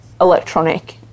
electronic